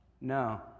No